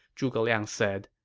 zhuge liang said.